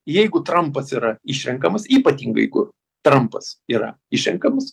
jeigu trampas yra išrenkamas ypatingai jeigu trampas yra išrenkamas